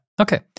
Okay